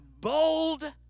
bold